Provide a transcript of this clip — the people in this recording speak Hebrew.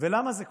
ולמה זה קורה.